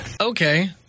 Okay